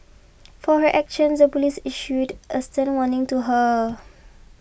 for her actions the police issued a stern warning to her